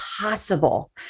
possible